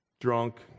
drunk